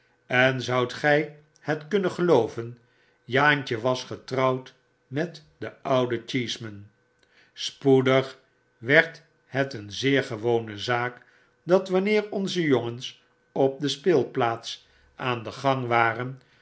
en zoudt gij het kunnen gelooven jaantje was getrouwd met den ouden cheeseman spoedig werd het een zeer gewone zaak dat wanneer onze jongens op de speelplaats aan den gang waren